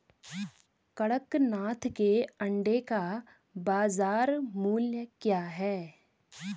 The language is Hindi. कड़कनाथ के अंडे का बाज़ार मूल्य क्या है?